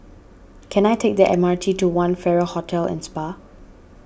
can I take the M R T to one Farrer Hotel and Spa